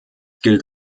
gilt